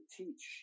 teach